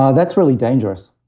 yeah that's really dangerous.